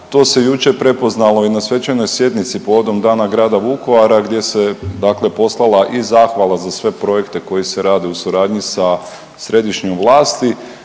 To se jučer prepoznalo i na svečanoj sjednici povodom dana grada Vukovara gdje se dakle poslala i zahvala za sve projekte koji se rade u suradnji sa središnjom vlasti.